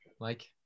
Mike